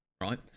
Right